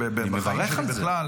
אני מברך על זה.